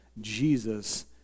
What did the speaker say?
Jesus